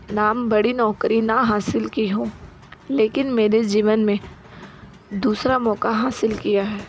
नाम बड़ी नौकरी न हासिल की हों लेकिन मेरे जीवन में दूसरा मौका हासिल किया है